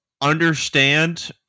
understand